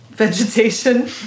Vegetation